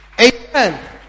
Amen